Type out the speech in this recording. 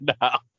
now